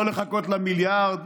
לא לחכות למיליארד,